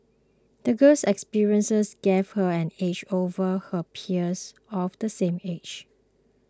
the girl's experiences gave her an edge over her peers of the same age